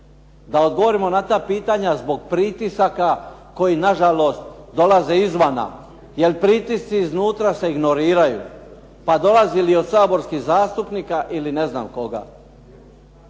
da odgovorimo na ta pitanja zbog pritisaka koji na žalost dolaze izvana, jer pritisci iznutra se ignoriraju, pa dolazili od saborskih zastupnika ili ne znam koga.